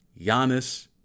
Giannis